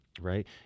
right